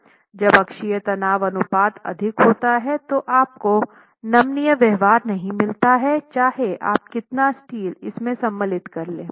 जब अक्षीय तनाव अनुपात अधिक होता है तो आपको नमनीय व्यवहार नहीं मिलता है चाहे आप कितना स्टील इसमें सम्मिलित कर ले